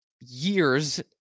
years